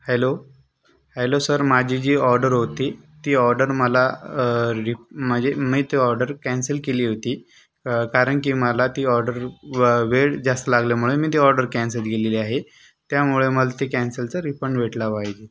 hello hello sir माझी जी order होती ती ऑर्डर मला ल्यु माझे मी ती ऑर्डर कॅन्सल केली होती कारण की मला ती ऑर्डर व्य वेळ जास्त लागल्यामुळे मी ती ऑर्डर कॅन्सल केलेली आहे त्यामुळे मला त्या कॅन्सलचा रिफंड भेटला पाहिजेल